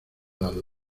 dado